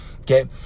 Okay